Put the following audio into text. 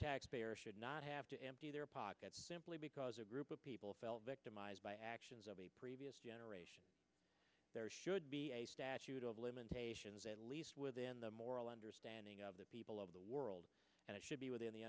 taxpayer should not have to empty their pockets simply because a group of people felt victimized by actions of a previous generation there should be a statute of limitations at least within the moral understanding of the people of the world and it should be within the